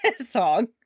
song